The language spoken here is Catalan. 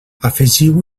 afegiu